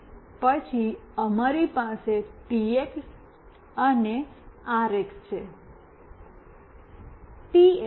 અને પછી અમારી પાસે ટીએક્સ અને આરએક્સ છે